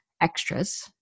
extras